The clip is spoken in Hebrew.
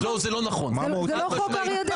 זו כמעט בהגדרה תהיה חקיקה --- לא חקיקה מהירה.